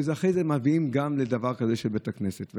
ואחרי כן מגיעים גם לדבר כזה של בית הכנסת.